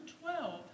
twelve